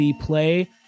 play